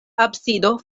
absido